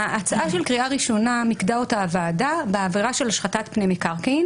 את ההצעה של קריאה ראשונה מיקדה הוועדה בעבירה של השחתת פני מקרקעין